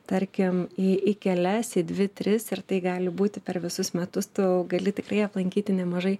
tarkim į į kelias į dvi tris ir tai gali būti per visus metus tu gali tikrai aplankyti nemažai